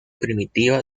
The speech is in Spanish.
primitiva